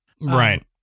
Right